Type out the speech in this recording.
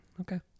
okay